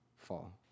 fall